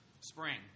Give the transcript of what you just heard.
spring